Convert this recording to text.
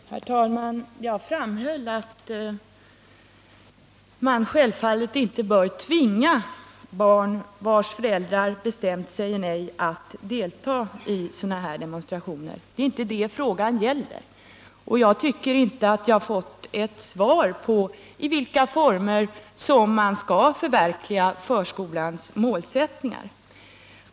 Herr talman! Jag framhöll att man självfallet inte bör tvinga barn, vilkas föräldrar säger nej till deltagande i sådana här demonstrationer. Det är inte det frågan gäller. Och jag tycker inte att jag fått ett svar på i vilka former man skall förverkliga förskolans målsättningar.